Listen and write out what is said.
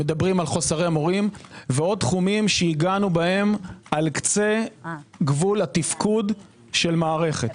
על חוסרי מורים ועוד תחומים שהגענו בהם על קצה גבול התפקוד של מערכת.